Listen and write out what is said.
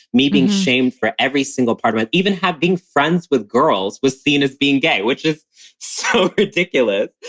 me being shamed for every single part of it, even have, being friends with girls, was seen as being gay, which is so ridiculous.